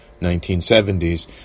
1970s